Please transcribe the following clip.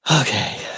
Okay